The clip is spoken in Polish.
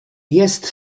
jest